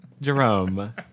Jerome